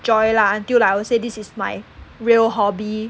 joy lah until I will say this is my real hobby